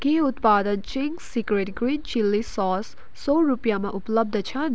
के उत्पादन Ching's secret green chilli sauce सय रुपियाँमा उपलब्ध छन्